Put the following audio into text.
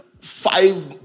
five